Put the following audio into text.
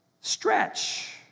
stretch